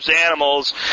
Animals